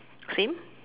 same